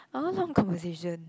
I want some conversation